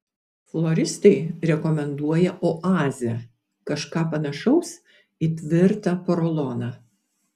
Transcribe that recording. floristai rekomenduoja oazę kažką panašaus į tvirtą poroloną